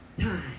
time